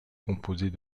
composée